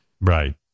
Right